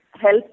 help